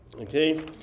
Okay